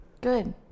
Good